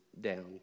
down